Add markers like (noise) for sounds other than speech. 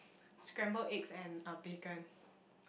scrambled eggs and uh bacon (laughs)